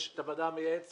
יש את הוועדה המייעצת